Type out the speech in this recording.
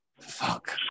fuck